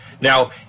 Now